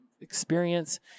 experience